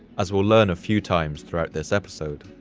as we'll learn a few times throughout this episode.